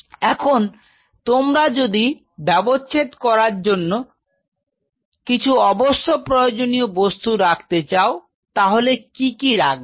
এখন তোমরা যদি ব্যবচ্ছেদ করার জন্য কিছু অবশ্য প্রয়োজনীয় বস্তু রাখতে চাও তাহলে কি কি রাখবে